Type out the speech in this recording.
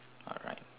alright